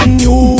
new